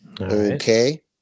Okay